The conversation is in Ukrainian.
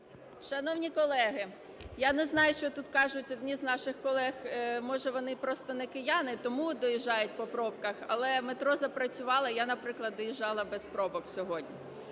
Шановні колеги, я не знаю, що тут кажуть одні з наших колег, може, вони просто не кияни, тому доїжджають по пробках, але метро запрацювало. Я, наприклад, доїжджала без пробок сьогодні.